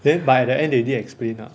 then but at the end they did explain lah